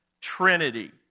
trinity